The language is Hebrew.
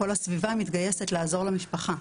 כל הסביבה מתגייסת לעזור למשפחה.